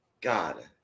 God